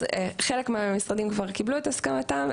אז חלק מהמשרדים כבר קיבלו את הסכמתם,